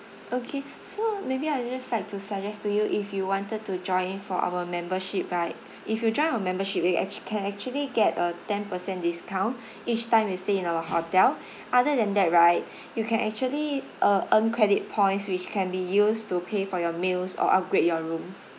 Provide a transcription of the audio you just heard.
okay so maybe I just like to suggest to you if you wanted to join for our membership right if you join our membership you actu~ can actually get a ten percent discount each time you stay in our hotel other than that right you can actually uh earn credit points which can be used to pay for your meals or upgrade your rooms